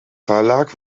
verlag